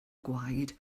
gwaed